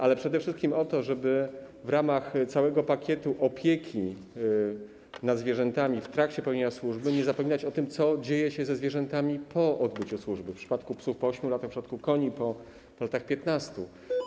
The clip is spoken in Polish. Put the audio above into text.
Ale przede wszystkim chodzi o to, żeby w ramach całego pakietu opieki nad zwierzętami w trakcie pełnienia służby nie zapominać o tym, co dzieje się ze zwierzętami po odbyciu służby - w przypadku psów po 8 latach, w przypadku koni po 14 latach.